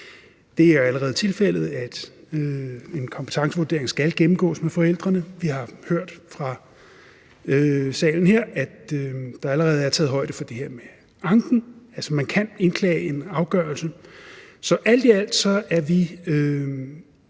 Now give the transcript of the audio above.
Det er allerede tilfældet, at en kompetencevurdering skal gennemgås med forældrene. Vi har hørt fra salen her, at der allerede er taget højde for det her med anken. Man kan altså indklage en afgørelse. Så alt i alt er vi